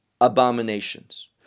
abominations